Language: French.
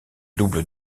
double